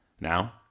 Now